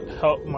help